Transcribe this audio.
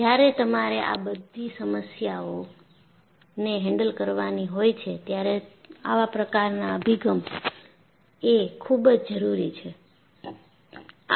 જ્યારે તમારે આ બધી સમસ્યાઓને હેન્ડલ કરવાની હોય છે ત્યારે આવા પ્રકારના અભિગમએ ખુબ જ જરૂરી છે